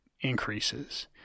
increases